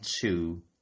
two